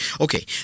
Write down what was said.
Okay